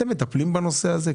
אתם מטפלים בנושא הזה?